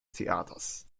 theaters